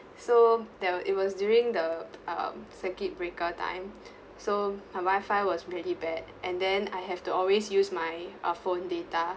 so that it was during the um circuit breaker time so my wifi was really bad and then I have to always use my uh phone data